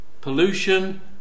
pollution